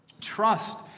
Trust